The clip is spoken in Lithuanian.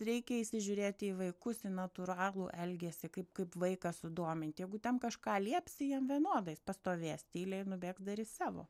reikia įsižiūrėti į vaikus į natūralų elgesį kaip kaip vaiką sudominti jeigu tem kažką liepsi jam vienodai jis pastovės tyliai ir nubėgs darys savo